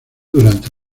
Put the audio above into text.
durante